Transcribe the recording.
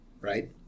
Right